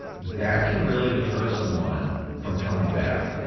that can really deter someone from coming back.